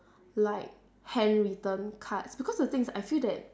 like handwritten cards because the thing is I feel that